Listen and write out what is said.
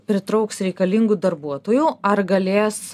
pritrauks reikalingų darbuotojų ar galės